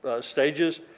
stages